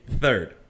third